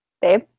Babe